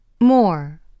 More